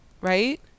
right